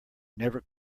never